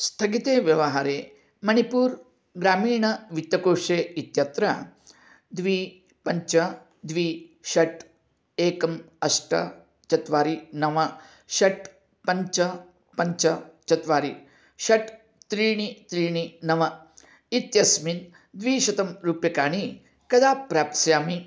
स्थगिते व्यवहारे मणिपूर् ग्रामीण वित्तकोशे इत्यत्र द्वि पन्च द्वि षट् एकम् अष्ट चत्वारि नव षट् पञ्च पञ्च चत्वारि षट् त्रीणि त्रीणि नव इत्यस्मिन् द्विशतं रूप्यकाणि कदा प्राप्स्यामि